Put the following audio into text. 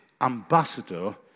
ambassador